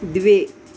द्वे